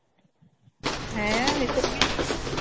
ᱦᱮᱸ ᱱᱤᱛᱚᱜ ᱜᱮ